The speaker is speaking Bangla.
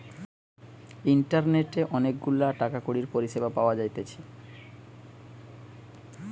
ইন্টারনেটে অনেক গুলা টাকা কড়ির পরিষেবা পাওয়া যাইতেছে